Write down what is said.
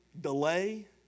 Delay